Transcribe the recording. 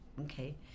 Okay